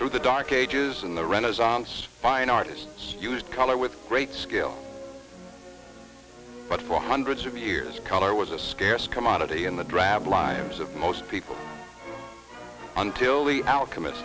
through the dark ages and the renaissance fine artists used color with great skill but for hundreds of years color was a scarce commodity in the drab lives of most people until the outcome it